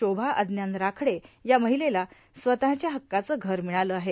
शोभा अज्ञान राखडे या महिलेला स्वतःच्या हक्काचं घर मिळालं आहे